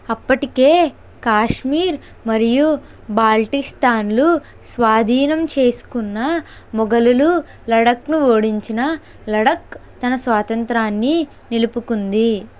అప్పటికే కాశ్మీర్ మరియు బాల్టిస్తాన్లు స్వాధీనం చేసుకున్న మొఘలులు లడఖ్ను ఓడించినా లడఖ్ తన స్వాతంత్రాన్ని నిలుపుకుంది